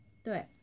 对